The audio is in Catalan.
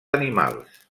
animals